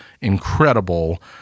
incredible